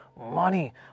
money